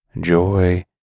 joy